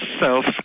self